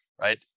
right